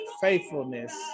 faithfulness